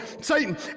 Satan